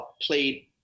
played